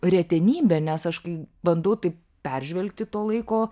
retenybė nes aš kai bandau taip peržvelgti to laiko